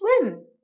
swim